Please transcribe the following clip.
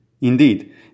Indeed